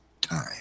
time